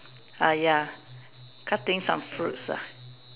uh ya cutting some fruits ah